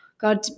god